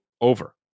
Over